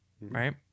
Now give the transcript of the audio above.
right